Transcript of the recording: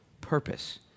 purpose